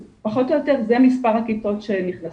אז פחות או יותר זה מספר הכיתות שנכנסות.